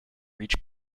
reach